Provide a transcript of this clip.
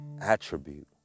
attribute